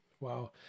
Wow